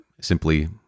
simply